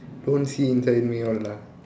don't see inside me all lah